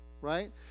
right